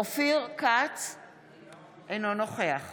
אינו נוכח